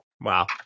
wow